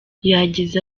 yagize